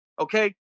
okay